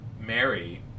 Mary